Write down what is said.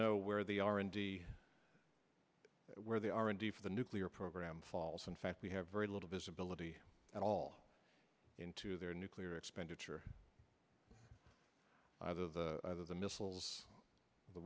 know where the r and d where the r and d for the nuclear program falls in fact we have very little visibility at all into their nuclear expenditure either the or the missiles the